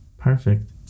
Perfect